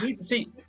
See